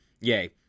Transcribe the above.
Yay